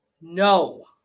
No